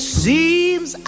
seems